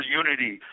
unity